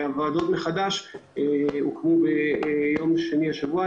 והוועדות הוקמו מחדש ביום שני השבוע.